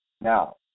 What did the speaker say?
Now